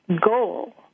goal